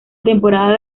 temporada